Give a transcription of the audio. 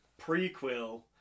prequel